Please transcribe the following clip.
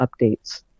updates